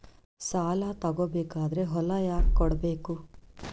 ಸಾಲ ತಗೋ ಬೇಕಾದ್ರೆ ಹೊಲ ಯಾಕ ಕೊಡಬೇಕು?